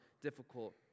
difficult